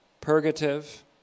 purgative